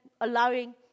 allowing